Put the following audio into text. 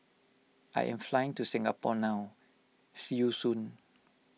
I am flying to Singapore now see you soon